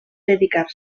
dedicar